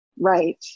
Right